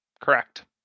Correct